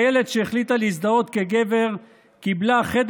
חיילת שהחליטה להזדהות כגבר קיבלה חדר